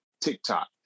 TikTok